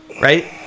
right